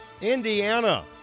Indiana